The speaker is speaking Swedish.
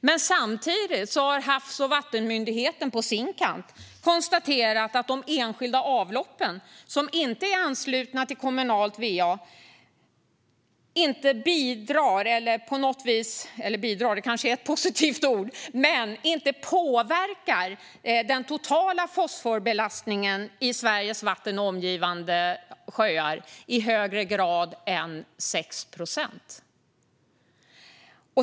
Men samtidigt har Havs och vattenmyndigheten på sin kant konstaterat att de enskilda avloppen, som inte är anslutna till kommunalt va, inte påverkar den totala fosforbelastningen i Sveriges vatten och sjöar i högre grad än 6 procent.